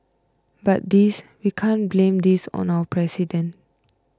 but this we can't blame this on our president